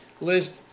list